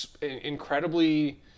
incredibly